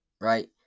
right